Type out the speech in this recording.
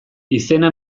izena